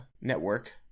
network